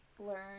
learn